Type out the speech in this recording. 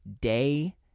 day